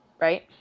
right